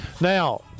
Now